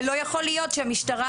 ולא יכול להיות שהמשטרה,